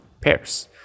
pairs